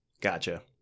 Gotcha